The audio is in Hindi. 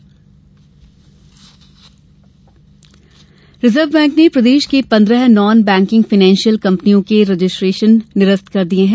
आरबीआई रिजर्व बैंक ने प्रदेश की पंद्रह नॉन बैंकिंग फायनेंशियल कम्पनियों के रजिस्ट्रेशन निरस्त कर दिये हैं